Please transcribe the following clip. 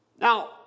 Now